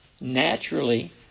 Naturally